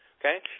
okay